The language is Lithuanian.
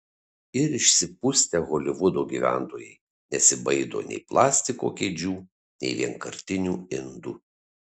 ir išsipustę holivudo gyventojai nesibaido nei plastiko kėdžių nei vienkartinių indų